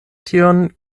tion